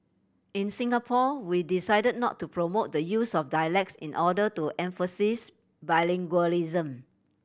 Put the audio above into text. in Singapore we decided not to promote the use of dialects in order to emphasise bilingualism